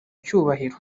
cyubahiro